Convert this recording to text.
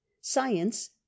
Science